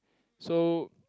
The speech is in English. so